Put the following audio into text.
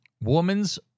Woman's